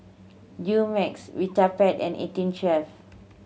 Dumex Vitapet and Eighteen Chef